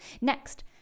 next